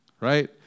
right